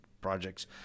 projects